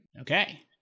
Okay